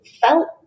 felt